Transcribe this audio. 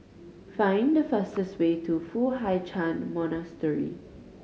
find the fastest way to Foo Hai Ch'an Monastery